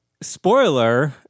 spoiler